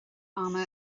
ama